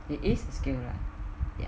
is it a skill right ya